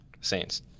Saints